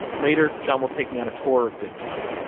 later, john will take me on a tour of bibb county,